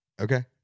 okay